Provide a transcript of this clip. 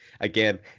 again